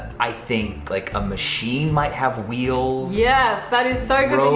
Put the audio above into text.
i think like a machine might have wheels. yes, that is so good um